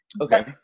Okay